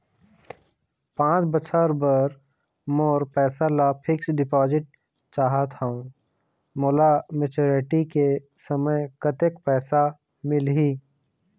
पांच बछर बर मोर पैसा ला फिक्स डिपोजिट चाहत हंव, मोला मैच्योरिटी के समय कतेक पैसा मिल ही?